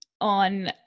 on